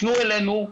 תפנו אלינו.